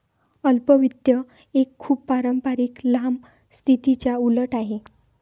अल्प वित्त एक खूप पारंपारिक लांब स्थितीच्या उलट आहे